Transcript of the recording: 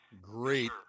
great